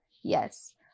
yes